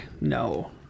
no